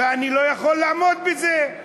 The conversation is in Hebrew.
ואני לא יכול לעמוד בזה.